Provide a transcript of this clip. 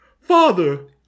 Father